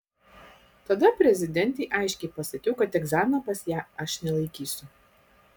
tada prezidentei aiškiai pasakiau kad egzamino pas ją aš nelaikysiu